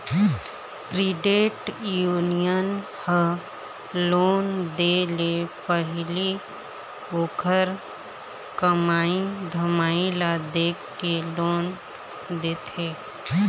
credit union ह loan दे ले पहिली ओखर कमई धमई ल देखके लोन देथे